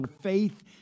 faith